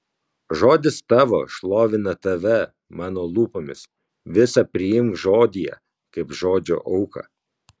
žodis tavo šlovina tave mano lūpomis visa priimk žodyje kaip žodžio auką